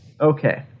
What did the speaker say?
okay